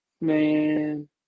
Man